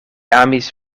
amis